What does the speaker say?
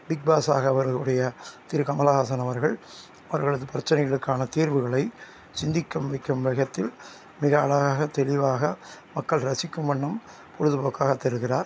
Bigg Boss ஆக அவர்களுடைய திரு கமலஹாசன் அவர்கள் அவர்களது பிரச்சனைகளுக்கான தீர்வுகளை சிந்திக்க வைக்கும் வேகத்தில் மிக அழகாக தெளிவாக மக்கள் ரசிக்கும் வண்ணம் பொழுதுபோக்காக தருகிறார்